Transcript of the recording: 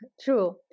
True